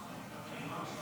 היושב-ראש,